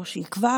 או שהיא כבר,